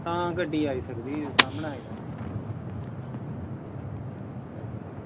आं गड्डी आई सकदी सामनै आई सकदी